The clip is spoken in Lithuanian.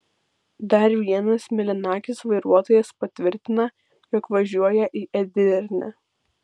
dar vienas mėlynakis vairuotojas patvirtina jog važiuoja į edirnę